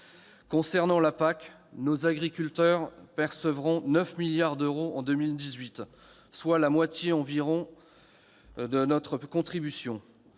de la PAC, nos agriculteurs percevront 9 milliards d'euros en 2018, soit la moitié, environ, de notre contribution.